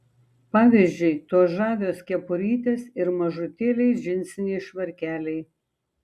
pavyzdžiui tos žavios kepurytės ir mažutėliai džinsiniai švarkeliai